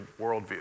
worldview